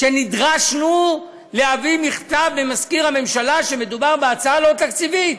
שנדרשנו להביא מכתב ממזכיר הממשלה שמדובר בהצעה לא תקציבית.